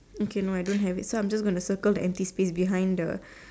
okay no I don't have it so I'm just going to circle the empty space behind the